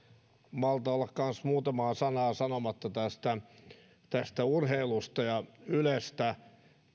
malta olla kanssa muutamaa sanaa sanomatta tästä urheilusta ja ylestä